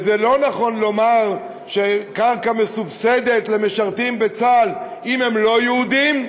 לא נכון לומר שהקרקע מסובסדת למשרתים בצה"ל אם הם לא יהודים,